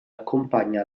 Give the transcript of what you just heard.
accompagna